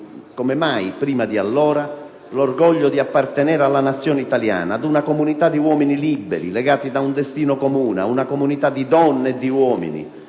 come mai prima di allora, l'orgoglio di appartenere alla Nazione italiana, a una comunità di uomini liberi legati da un destino comune, a una comunità di donne e di uomini